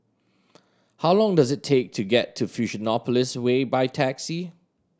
how long does it take to get to Fusionopolis Way by taxi